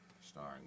Starring